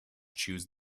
choose